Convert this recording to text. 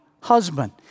husband